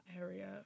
area